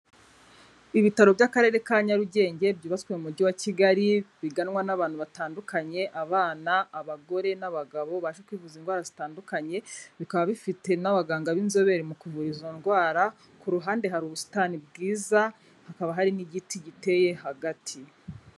Ibitaro by'Akarere ka Nyarugenge byubatswe mu Mujyi wa Kigali, biganwa n'abantu batandukanye: abana, abagore n'abagabo baje kwivuza indwara zitandukanye, bikaba bifite n'abaganga b'inzobere mu kuvura izo ndwara, ku ruhande hari ubusitani bwiza, hakaba hari n'igiti giteye hagati.